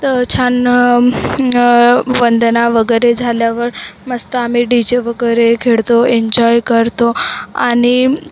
छान वंदना वगैरे झाल्यावर मस्त आम्ही डी जे वगैरे खेळतो एन्जॉय करतो आणि